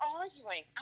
arguing